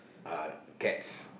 uh cats